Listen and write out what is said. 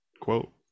quote